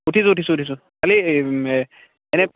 উঠিছোঁ উঠিছোঁ উঠিছোঁ খালী মানে